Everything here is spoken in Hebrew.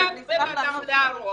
בא בן אדם להרוג